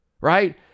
right